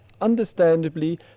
understandably